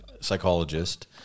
psychologist